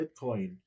Bitcoin